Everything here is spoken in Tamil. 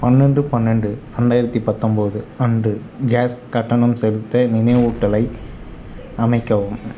பன்னெண்டு பன்னெண்டு ரெண்டாயிரத்தி பத்தொம்போது அன்று கேஸ் கட்டணம் செலுத்த நினைவூட்டலை அமைக்கவும்